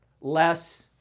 less